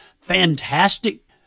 fantastic